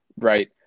Right